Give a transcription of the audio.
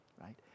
right